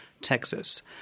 Texas